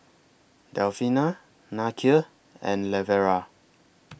Delfina Nakia and Lavera